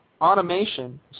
automation